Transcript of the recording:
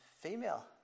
female